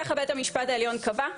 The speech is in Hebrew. ככה בית המשפט העליון קבע,